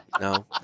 no